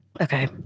Okay